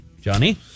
johnny